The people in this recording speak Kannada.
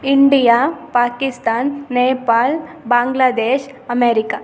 India Pakistan Nepal Bangladesh America